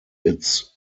its